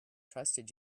trusted